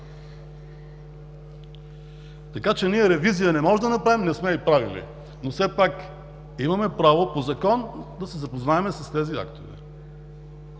Така че ние ревизия не може да направим, не сме и правили. Имаме право обаче по Закон да се запознаем с тези актове.